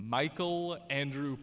michael andrew